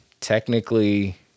technically